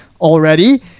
already